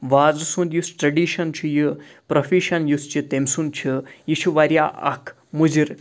وازٕ سُنٛد یُس ٹرٛیڈِشَن چھُ یہِ پرٛوفیشَن یُس چھِ تٔمۍ سُنٛد چھُ یہِ چھُ واریاہ اَکھ مُضِر